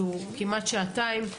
שהוא כמעט שעתיים,